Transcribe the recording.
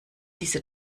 diese